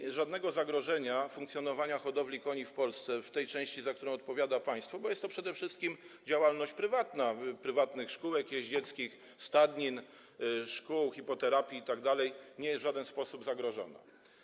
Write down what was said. I żadnego zagrożenia funkcjonowania hodowli koni w Polsce, w tej części, za którą odpowiada państwo, bo jest to przede wszystkim działalność prywatna, prywatnych szkółek jeździeckich, stadnin, szkół hipoterapii itd., nie ma, nie jest ona w żaden sposób zagrożona.